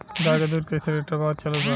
गाय के दूध कइसे लिटर भाव चलत बा?